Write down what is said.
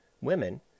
Women